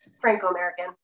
franco-american